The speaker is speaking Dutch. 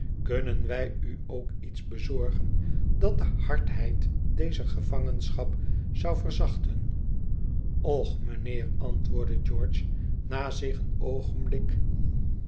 kunnen wij u ook iets bezorgen dat de hardheid dezer gevangenschap zou verzachten och mijnheer antwoordde george na zich een oogenblik